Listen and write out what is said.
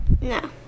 No